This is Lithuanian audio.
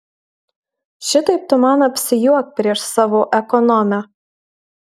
šitaip tu man apsijuok prieš savo ekonomę